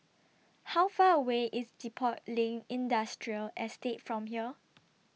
How Far away IS Depot Lane Industrial Estate from here